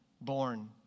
born